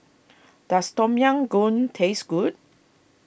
does Tom Yam Goong taste good